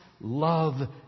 love